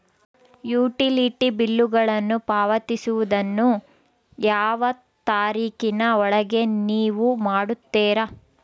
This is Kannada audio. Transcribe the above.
ಯುಟಿಲಿಟಿ ಬಿಲ್ಲುಗಳನ್ನು ಪಾವತಿಸುವದನ್ನು ಯಾವ ತಾರೇಖಿನ ಒಳಗೆ ನೇವು ಮಾಡುತ್ತೇರಾ?